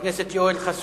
חברת הכנסת רוחמה